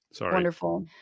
Wonderful